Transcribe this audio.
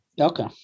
Okay